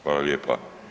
Hvala lijepo.